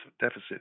deficit